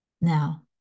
Now